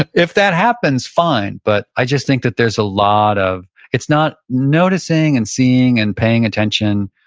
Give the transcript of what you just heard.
if that happens, fine. but i just think that there's a lot of, it's not noticing, and seeing, and paying attention